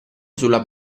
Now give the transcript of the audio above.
sulla